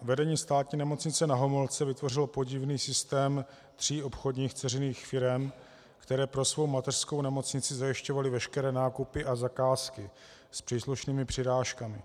Vedení státní Nemocnice Na Homolce vytvořilo podivný systém tří obchodních dceřiných firem, které pro svou mateřskou nemocnici zajišťovaly veškeré nákupy a zakázky s příslušnými přirážkami.